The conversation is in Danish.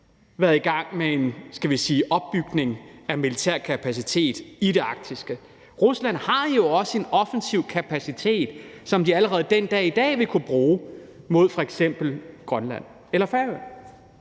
været i gang med en, skal vi sige opbygning af militær kapacitet i det arktiske. Rusland har jo også en offensiv kapacitet, som de allerede den dag i dag vil kunne bruge mod f.eks. Grønland eller Færøerne.